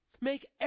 Make